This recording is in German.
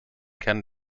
kern